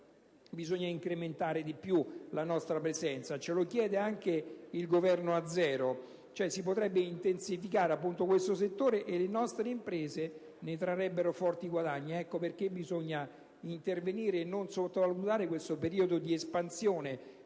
occorre incrementare maggiormente la nostra presenza. Ce lo chiede anche il Governo azero. Si potrebbe intensificare questo settore, e le nostre imprese ne trarrebbero forti guadagni. Per tale ragione, occorre intervenire e non sottovalutare questa fase di espansione